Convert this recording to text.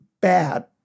bad